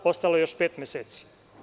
Ostalo je još pet meseci.